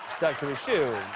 stuck to his shoe.